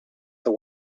the